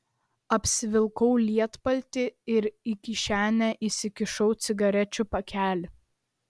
apsivilkau lietpaltį ir į kišenę įsikišau cigarečių pakelį